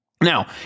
now